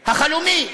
החלומי.